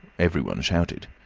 everyone shouted.